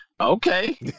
okay